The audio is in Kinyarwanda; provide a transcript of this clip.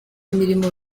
imirimo